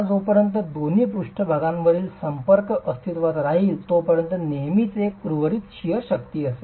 जोपर्यंत दोन पृष्ठभागांमधील संपर्क अस्तित्त्वात राहील तोपर्यंत नेहमीच एक उर्वरित शिअर शक्ती असेल